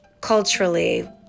culturally